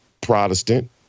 Protestant